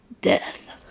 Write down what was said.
death